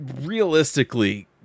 realistically